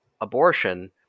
abortion